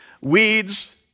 weeds